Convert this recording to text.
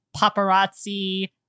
paparazzi